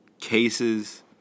cases